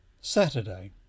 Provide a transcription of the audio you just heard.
Saturday